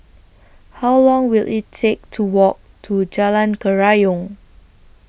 How Long Will IT Take to Walk to Jalan Kerayong